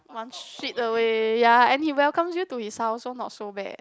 one street away ya and he welcomes you to his house so not so bad